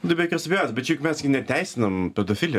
nu be jokios abejonės bet čia juk mes gi neteisinam pedofilijos